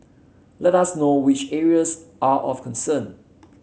let us know which areas are of concern